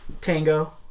Tango